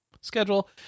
schedule